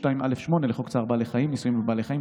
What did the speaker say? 9. סעיף 2(א)(8) לחוק צער בעלי חיים (ניסויים בבעלי חיים),